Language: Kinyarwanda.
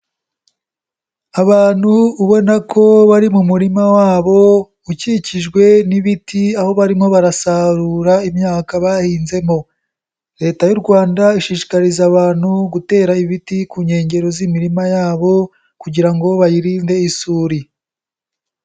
Abantu ubona ko bari mu murima wabo ukikijwe n'ibiti aho barimo barasarura imyaka bahinzemo, Leta y'u Rwanda ishishikariza abantu gutera ibiti ku nkengero z'imirima yabo kugira ngo bayirinde isuri.